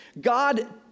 God